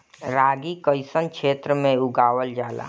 रागी कइसन क्षेत्र में उगावल जला?